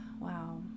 Wow